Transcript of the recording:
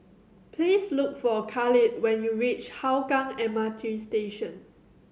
please look for Khalid when you reach Hougang M R T Station